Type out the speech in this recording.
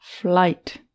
Flight